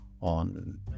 on